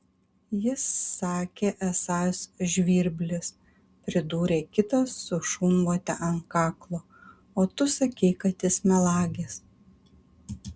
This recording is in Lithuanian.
jis sakė esąs žvirblis pridūrė kitas su šunvote ant kaklo o tu sakei kad jis melagis